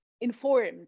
informed